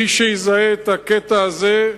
מי שיזהה את הקטע הזה,